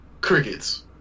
Crickets